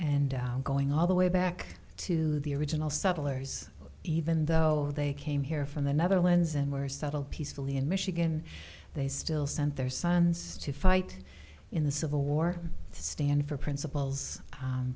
and going all the way back to the original settlers even though they came here from the netherlands and were settled peacefully in michigan they still sent their sons to fight in the civil war to stand for principles